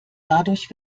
dadurch